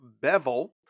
bevel